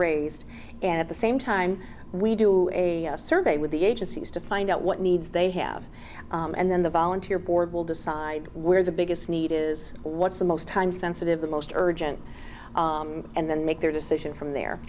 raised and at the same time we do a survey with the agencies to find out what needs they have and then the volunteer board will decide where the biggest need is what's the most time sensitive the most urgent and then make their decision from there